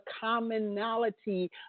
commonality